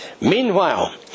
Meanwhile